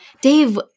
Dave